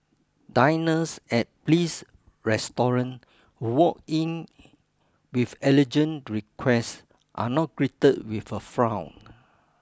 diners at Bliss Restaurant walk in with allergen requests are not greeted with a frown